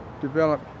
develop